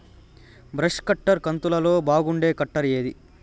Brush cutter కంతులలో బాగుండేది cutter ఏది?